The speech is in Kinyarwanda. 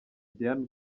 diane